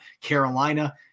Carolina